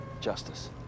Justice